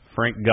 Frank